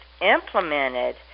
implemented